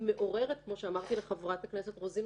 וכמו שאמרתי לחברת הכנסת רוזין,